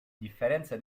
differenza